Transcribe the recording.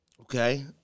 Okay